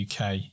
UK